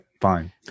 fine